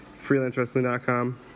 FreelanceWrestling.com